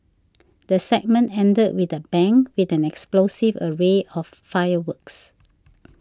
the segment ended with the bang with an explosive array of fireworks